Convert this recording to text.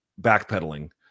backpedaling